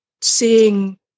seeing